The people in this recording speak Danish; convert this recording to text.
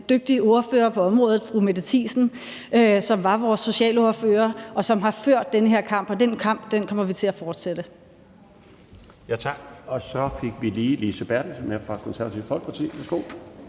dygtig ordfører på området, fru Mette Thiesen, som var vores socialordfører, og som har ført den her kamp. Og den kamp kommer vi til at fortsætte. Kl. 20:39 Den fg. formand (Bjarne Laustsen): Tak. Og så fik vi lige fru Lise Bertelsen med fra Konservative Folkeparti. Værsgo.